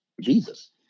Jesus